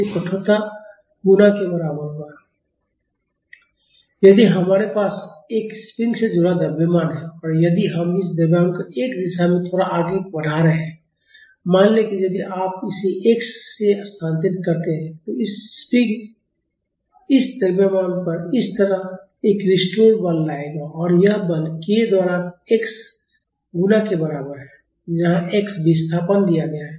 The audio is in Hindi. fs fs k x यदि हमारे पास एक स्प्रिंग से जुड़ा द्रव्यमान है और यदि हम इस द्रव्यमान को x दिशा में थोड़ा आगे बढ़ा रहे हैं मान लें कि यदि आप इसे x से स्थानांतरित करते हैं तो स्प्रिंग इस द्रव्यमान पर इस तरह एक रिस्टोर बल लगाएगा और वह बल k द्वारा x गुणा के बराबर है जहाँ x विस्थापन दिया गया है